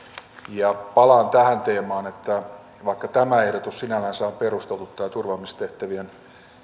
palaan tähän teemaan että vaikka tämä ehdotus sinällänsä on perusteltu tämä turvaamistehtävien